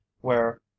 where